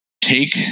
take